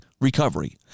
recovery